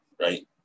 right